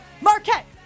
Marquette